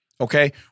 okay